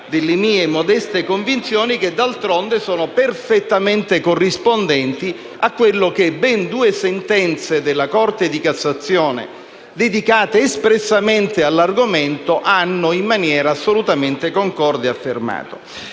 delle mie modeste convinzioni, che d'altronde sono perfettamente corrispondenti a quello che ben due sentenze della Corte di cassazione, dedicate espressamente all'argomento, hanno in maniera assolutamente concorde affermato.